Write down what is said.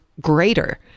greater